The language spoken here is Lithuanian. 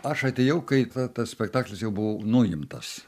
aš atėjau kai ta tas spektaklis jau buvo nuimtas